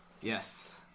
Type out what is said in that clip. Yes